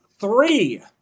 three